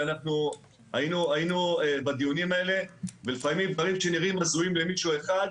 אנחנו היינו בדיונים האלה ולפעמים דברים שנראים הזויים למישהו אחד,